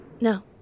No